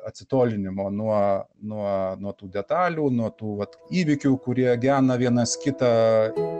atsitolinimo nuo nuo nuo tų detalių nuo tų vat įvykių kurie gena vienas kitą